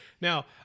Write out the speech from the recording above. Now